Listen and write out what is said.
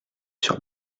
sur